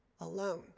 alone